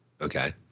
Okay